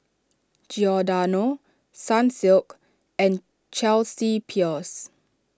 Giordano Sunsilk and Chelsea Peers